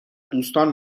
دوستان